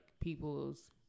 people's